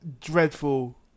dreadful